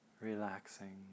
relaxing